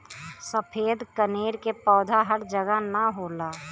सफ़ेद कनेर के पौधा हर जगह ना होला